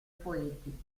poeti